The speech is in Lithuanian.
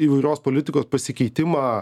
įvairios politikos pasikeitimą